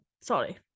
Sorry